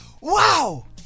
Wow